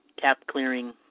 cap-clearing